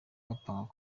bapanga